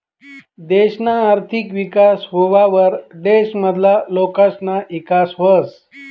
देशना आर्थिक विकास व्हवावर देश मधला लोकसना ईकास व्हस